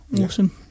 awesome